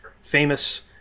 famous